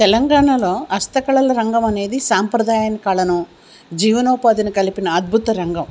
తెలంగాణలో హస్తకళల రంగం అనేది సాంప్రదాయని కను జీవనోపాధిన కలిపిన అద్భుత రంగం